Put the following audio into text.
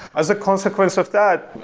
as a consequence of that,